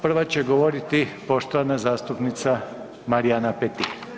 Prva će govoriti poštovana zastupnica Marijana Petir.